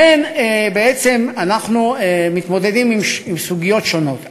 לכן בעצם אנחנו מתמודדים עם סוגיות שונות.